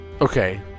okay